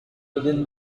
within